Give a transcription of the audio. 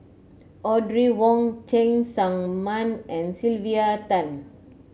Audrey Wong Cheng Tsang Man and Sylvia Tan